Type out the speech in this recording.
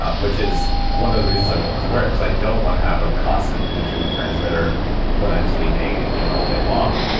ah which is one of the reasons i'm willing to wear it, because i don't want to have a constant bluetooth transmitter when i'm sleeping and and all day long.